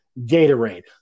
Gatorade